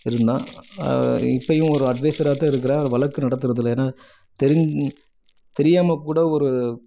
இருந்தேன் இப்பவும் ஒரு அட்வைஸராக தான் இருக்கிறேன் வழக்கு நடத்தறதில்லை ஏன்னா தெரின் தெரியாமல் கூட ஒரு